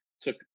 took